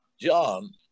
John